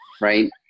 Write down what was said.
Right